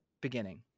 Beginning